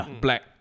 black